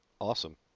awesome